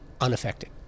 unaffected